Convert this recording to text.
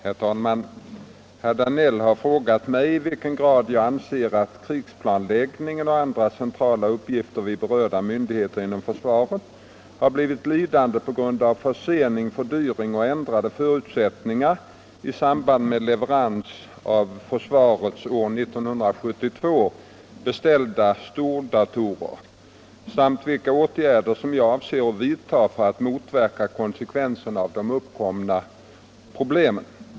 Herr talman! Herr Danell har frågat mig i vilken grad jag anser att krigsplanläggningen och andra centrala uppgifter vid berörda myndigheter inom försvaret har blivit lidande på grund av förseningar, fördyringar och ändrade förutsättningar i samband med leveransen av försvarets år 1972 beställda stordatorer samt vilka åtgärder som jag avser att vidtaga för att motverka konsekvenserna av de uppkomna problemen.